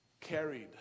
carried